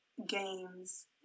games